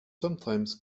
sometimes